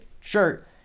shirt